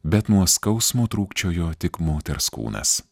bet nuo skausmo trūkčiojo tik moters kūnas